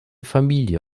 familie